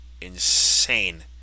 insane